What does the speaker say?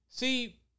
See